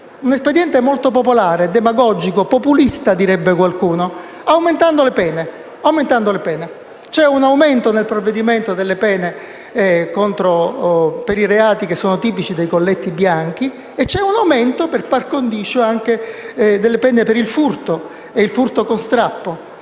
un espediente molto popolare, demagogico, qualcuno direbbe populista: aumentando le pene. Nel provvedimento c'è un aumento delle pene per i reati che sono tipici dei colletti bianchi e c'è un aumento, per *par condicio*, anche delle pene per il furto e del furto con strappo.